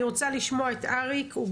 אני רוצה לשמוע את אריק רגב מאלקטרה,